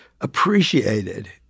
appreciated